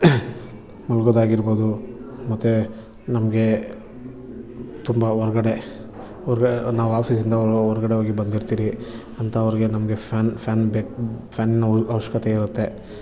ಮಲ್ಗೊದಾಗಿರ್ಬೌದು ಮತ್ತೆ ನಮಗೆ ತುಂಬ ಹೊರಗಡೆ ಒರ್ ನಾವು ಅಫೀಸಿಂದ ಹೊರಗಡೆ ಹೋಗಿ ಬಂದಿರ್ತಿರಿ ಅಂತವರಿಗೆ ನಮಗೆ ಫ್ಯಾನ್ ಫ್ಯಾನ್ ಬೆಕ್ ಫ್ಯಾನ್ನ ಅವಶ್ಯಕತೆ ಇರುತ್ತೆ